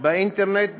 באינטרנט בעולם,